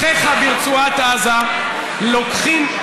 אחיך ברצועת עזה לוקחים,